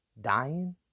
dying